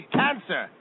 cancer